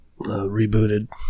rebooted